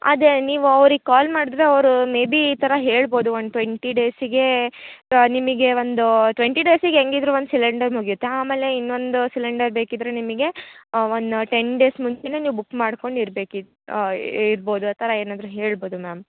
ಅದೇ ನೀವು ಅವ್ರಿಗೆ ಕಾಲ್ ಮಾಡಿದ್ರೆ ಅವರು ಮೇಬಿ ಈ ಥರ ಹೇಳ್ಬೋದು ಒಂದು ಟ್ವೆಂಟಿ ಡೇಸಿಗೇ ನಿಮಗೆ ಒಂದು ಟ್ವೆಂಟಿ ಡೇಸಿಗೆ ಹೆಂಗಿದ್ರು ಒಂದು ಸಿಲಿಂಡರ್ ಮುಗಿಯುತ್ತೆ ಆಮೇಲೆ ಇನ್ನೊಂದು ಸಿಲಿಂಡರ್ ಬೇಕಿದ್ದರೆ ನಿಮಗೆ ಒಂದು ಟೆನ್ ಡೇಸ್ ಮುಂಚೆನೇ ನೀವು ಬುಕ್ ಮಾಡ್ಕೊಂಡು ಇರ್ಬೇಕಿತ್ತು ಇರ್ಬೋದು ಆ ಥರ ಏನಾದರು ಹೇಳ್ಬೋದು ಮ್ಯಾಮ್